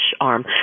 arm